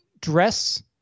Dress